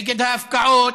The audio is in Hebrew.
נגד ההפקעות,